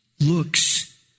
looks